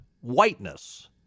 whiteness